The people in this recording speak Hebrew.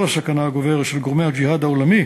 הסכנה הגוברת של גורמי הג'יהאד העולמי